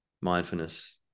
mindfulness